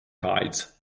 tides